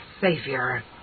Savior